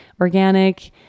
organic